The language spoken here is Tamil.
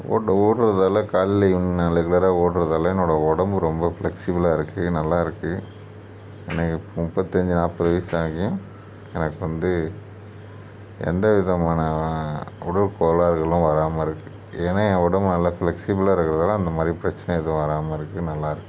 ஓட்ட ஓடுறதால கால்லையும் நான் ரெகுலராக ஓடுறதால என்னோடய உடம்பு ரொம்ப ஃப்ளெக்ஸிபிளாக இருக்குது நல்லா இருக்குது எனக்கு முப்பத்தஞ்சு நாற்பது வயது ஆகியும் எனக்கு வந்து எந்த விதமான உடல் கோளாறுகளும் வராமல் இருக்குது ஏனால் என் உடம்பு நல்லா ஃப்ளெக்ஸிபிளாக இருக்கிறதால அந்த மாதிரி பிரச்சனை எதுவும் வராமல் இருக்குது நல்லா இருக்குது